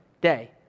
day